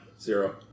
Zero